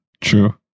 True